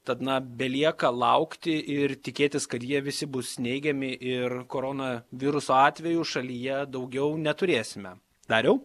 tad na belieka laukti ir tikėtis kad jie visi bus neigiami ir koronaviruso atvejų šalyje daugiau neturėsime dariau